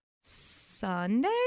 Sunday